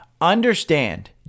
Understand